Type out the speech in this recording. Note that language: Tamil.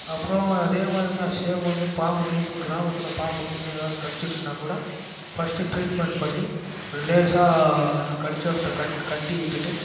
அப்புறம் அதேமாதிரிதான் சேம் வந்து பாம்புக்கீம்பு கிராமத்தில் பாம்புக்கீம்பு ஏதாவது கடிச்சிடுச்சுன்னாக்கூட ஃபஸ்ட் ட்ரீட்மென்ட் பண்ணி லேசாக அந்த கடித்த இடத்த கட்டி விட்டுட்டு